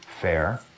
fair